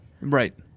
Right